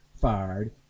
fired